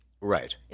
Right